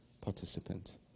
participant